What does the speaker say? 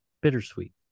Bittersweet